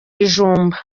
ibijumba